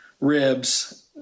ribs